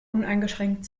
uneingeschränkt